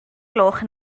gloch